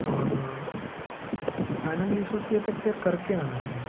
और फाइनली ये सोच लिया था कि यार करके आना है